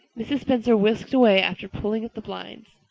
mrs. spencer whisked away, after pulling up the blinds.